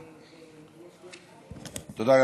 תודה,